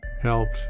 helped